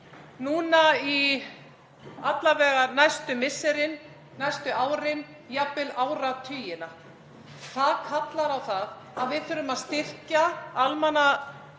alla vega næstu misserin, næstu árin, jafnvel áratugina. Það kallar á það að við þurfum að styrkjaalmannavarnir,